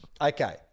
Okay